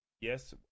yes